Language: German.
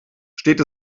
steht